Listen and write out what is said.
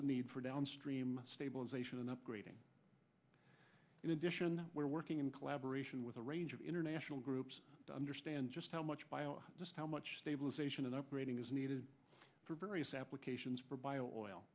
the need for downstream stabilisation and upgrading in addition we're working in collaboration with a range of international groups to understand just how much bio just how much stabilization and upgrading is needed for various applications for b